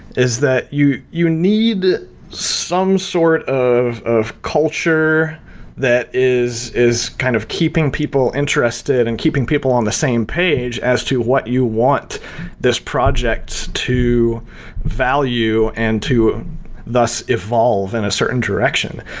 is that you you need some sort of of culture that is is kind of keeping people interested, and keeping people on the same page as to what you want this project to value and to thus, evolve in a certain direction.